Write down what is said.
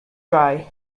dry